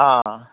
অঁ